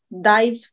dive